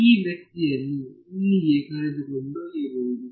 ಈ ವ್ಯಕ್ತಿಯನ್ನು ಇಲ್ಲಿಗೆ ಕರೆದೊಯ್ಯಬಹುದು